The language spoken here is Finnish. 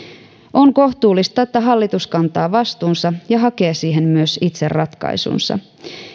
on kohtuullista että hallitus kantaa vastuunsa ja hakee siihen myös itse ratkaisunsa